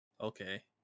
Okay